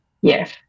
Yes